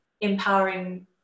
empowering